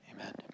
Amen